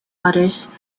otters